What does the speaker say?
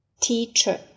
teacher